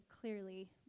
clearly